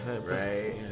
Right